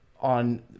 on